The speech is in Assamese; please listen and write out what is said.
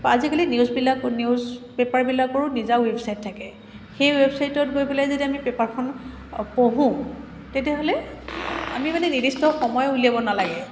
আজিকালি নিউজবিলাকো নিউজপেপাৰবিলাকৰো নিজা ৱেবছাইট থাকে সেই ৱেবছাইটত গৈ পেলাই যদি আমি পেপাৰখন পঢ়োঁ তেতিয়াহ'লে আমি মানে নিৰ্দিষ্ট সময় উলিয়াব নালাগে